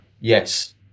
yes